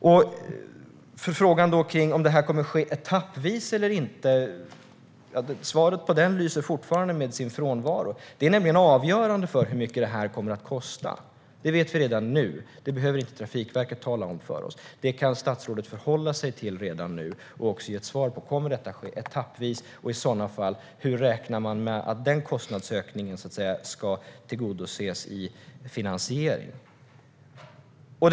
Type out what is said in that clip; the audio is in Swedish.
Svaret på frågan om det här kommer att ske etappvis eller inte lyser fortfarande med sin frånvaro. Men detta är avgörande för hur mycket det kommer att kosta. Det vet vi redan nu. Det behöver inte Trafikverket tala om för oss, utan det kan statsrådet förhålla sig till redan nu. Därmed ska hon också kunna ge ett svar. Kommer detta att ske etappvis? I så fall, hur räknar man med att den kostnadsökningen ska tillgodoses i finansieringen?